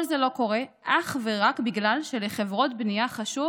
כל זה לא קורה אך ורק בגלל שלחברות בנייה חשוב